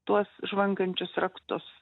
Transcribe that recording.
tuos žvangančius raktus